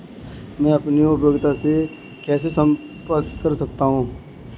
मैं अपनी उपयोगिता से कैसे संपर्क कर सकता हूँ?